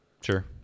Sure